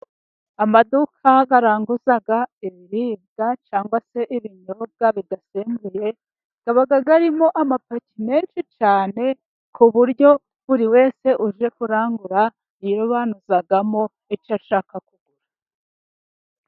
Amaduka aranguza ibiribwa cyangwa se ibinyobwa bidasembuye. Haba harimo amapaki menshi cyane ku buryo buri wese uje kurangura yirobanuzamo icyo ashaka kugura.